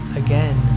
again